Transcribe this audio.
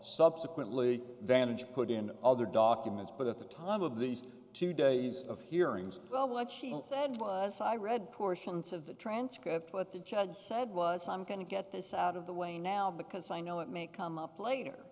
subsequently advantage put in other documents but at the time of these two days of hearings well what she said to us i read portions of the transcript what the judge said was i'm going to get this out of the way now because i know it may come up later